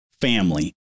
family